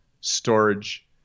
storage